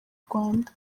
rwanda